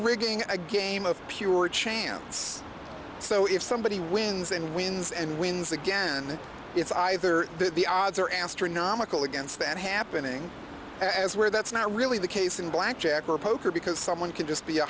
rigging a game of pure chance so if somebody wins and wins and wins again it's either that the odds are astronomical against that happening as where that's not really the case in blackjack or poker because someone can just be a